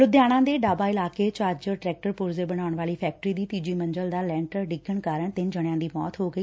ਲੁਧਿਆਣਾ ਦੇ ਡਾਬਾ ਇਲਾਕੇ ਵਿਚ ਅੱਜ ਟਰੈਕਟਰ ਪੁਰਜ਼ੇ ਬਣਾਉਣ ਵਾਲੀ ਫੈਕਟਰੀ ਦੀ ਤੀਜੀ ਮੰਜ਼ਿਲ ਦਾ ਲੈਂਟਰ ਡਿੱਗਣ ਕਾਰਨ ਤਿੰਨ ਜਾਣਿਆਂ ਦੀ ਮੌਤ ਹੋ ਗਈ